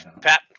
Pat